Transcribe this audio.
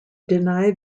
deny